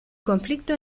conflicto